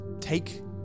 take